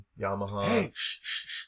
Yamaha